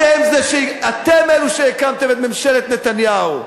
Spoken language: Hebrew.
אתם אלו שהקימו את ממשלת נתניהו.